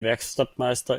werkstattmeister